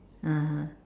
(uh huh)